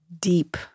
deep